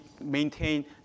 maintain